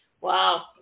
Wow